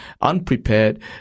unprepared